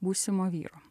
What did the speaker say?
būsimo vyro